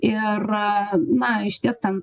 ir na išties ten